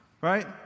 right